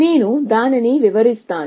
నేను దానిని వివరిస్తాను